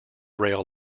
rail